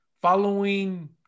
following